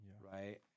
right